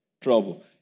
trouble